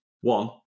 One